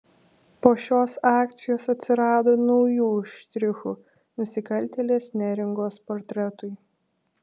po šios akcijos atsirado naujų štrichų nusikaltėlės neringos portretui